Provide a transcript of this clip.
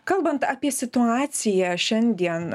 kalbant apie situaciją šiandien